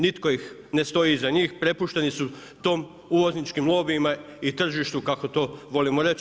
Nitko ne stoji iza njih, prepušteni su tom uvozničkim lobijima i tržištu kako to volimo reći.